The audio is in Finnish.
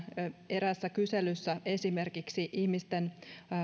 eräässä kyselyssä vertaillaan esimerkiksi ihmisten